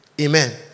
Amen